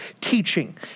teaching